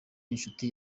inshuti